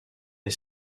est